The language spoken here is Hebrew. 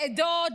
בעדות,